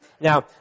Now